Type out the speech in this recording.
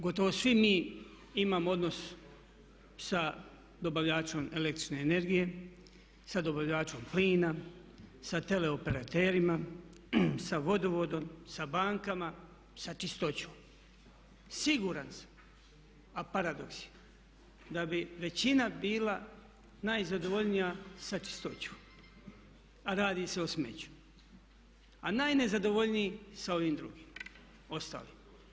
Npr. gotovo svi mi imamo odnos sa dobavljačem električne energije, sa dobavljačem plina, sa teleoperaterima, sa vodovodom, sa bankama, sa čistoćom siguran sam a paradoks je da bi većina bila najzadovoljnija sa čistoćom, a radi se o smeću, a najnezadovoljniji sa ovim drugim ostalim.